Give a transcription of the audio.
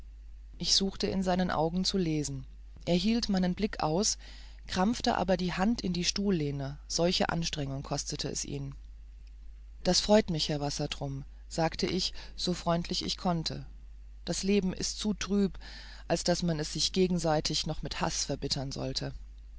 ich suchte in seinen augen zu lesen er hielt meinen blick aus krampfte aber die hand in die stuhllehne solche anstrengung kostete es ihn das freut mich herr wassertrum sagte ich so freundlich ich konnte das leben ist zu trüb als daß man es sich gegenseitig noch mit haß verbittern sollte